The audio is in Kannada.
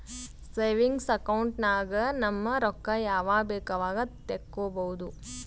ಸೇವಿಂಗ್ಸ್ ಅಕೌಂಟ್ ನಾಗ್ ನಮ್ ರೊಕ್ಕಾ ಯಾವಾಗ ಬೇಕ್ ಅವಾಗ ತೆಕ್ಕೋಬಹುದು